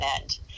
end